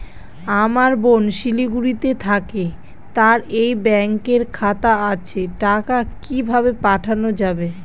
আমার বোন শিলিগুড়িতে থাকে তার এই ব্যঙকের খাতা আছে টাকা কি ভাবে পাঠানো যাবে?